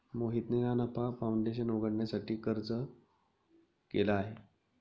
मोहितने ना नफा फाऊंडेशन उघडण्यासाठी अर्ज केला आहे